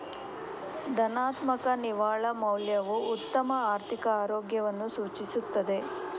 ಧನಾತ್ಮಕ ನಿವ್ವಳ ಮೌಲ್ಯವು ಉತ್ತಮ ಆರ್ಥಿಕ ಆರೋಗ್ಯವನ್ನು ಸೂಚಿಸುತ್ತದೆ